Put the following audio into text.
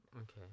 Okay